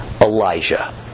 Elijah